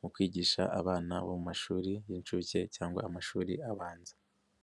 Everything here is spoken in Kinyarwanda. mu kwigisha abana bo mu mashuri y'inshuke cyangwa amashuri abanza.